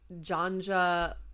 Janja